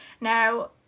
Now